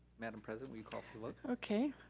madam president, we call for vote. okay.